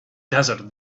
desert